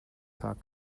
tag